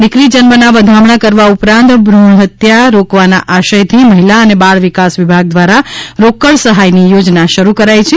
દિકરી જન્મના વધામણા કરવા ઉપરાંત ભૂણ હત્યા રોકવાના આશયથી મહિલા અને બાળ વિકાસ વિભાગ દ્વારા રોકડ સહાયની યોજના શરૂ કરાઈ છે